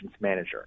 Manager